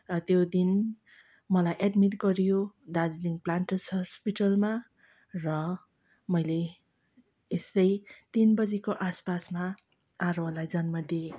र त्यो दिन मलाई एडमिट गरियो दार्जिलिङ प्लान्टर्स हस्पिटलमा र मैले यसै तिन बजीको आसपासमा आरोहलाई जन्म दिएँ